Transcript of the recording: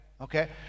Okay